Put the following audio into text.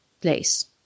place